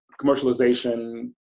commercialization